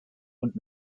und